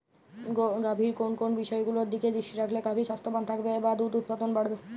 গাভীর কোন কোন বিষয়গুলোর দিকে দৃষ্টি রাখলে গাভী স্বাস্থ্যবান থাকবে বা দুধ উৎপাদন বাড়বে?